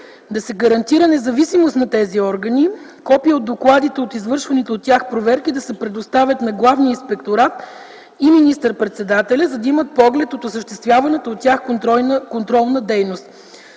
Да се гарантира независимост на тези органи. Копия от докладите от извършваните от тях проверки да се предоставят на Главния инспекторат и на министър-председателя, за да имат поглед от осъществяваната от тях контролна дейност.